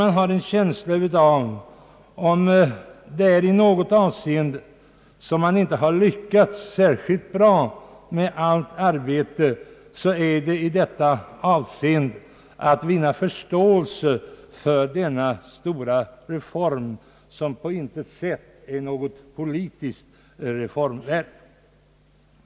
Man har en känsla av att om i något avseende detta förberedelsearbete inte har lyckats särskilt bra, så är det när det gällt att vinna förståelse för denna stora reform, som på intet sätt är något politiskt reformverk.